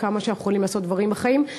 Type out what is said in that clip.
כמה שאנחנו יכולים לעשות דברים בחיים.